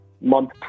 month